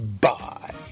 Bye